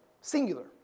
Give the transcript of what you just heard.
Singular